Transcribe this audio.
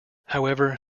however